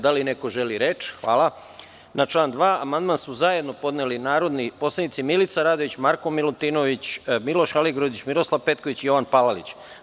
Da li neko želi reč? (Ne) Na član 2. amandman su zajedno podneli narodni poslanici Milica Radović, Marko Milutinović, Miloš Aligrudić, Miroslav Petković, Jovan Palalić.